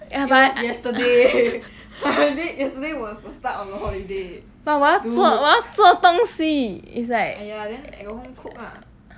ya but but 我要做我要做东西 it's like